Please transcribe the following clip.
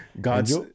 God's